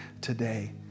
today